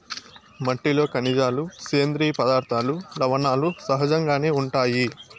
మట్టిలో ఖనిజాలు, సేంద్రీయ పదార్థాలు, లవణాలు సహజంగానే ఉంటాయి